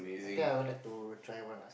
but that I would like to try one lah